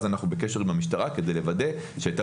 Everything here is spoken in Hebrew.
אנחנו בקשר עם המשטרה כדי לוודא שהייתה